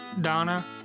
Donna